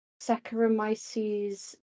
saccharomyces